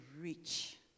rich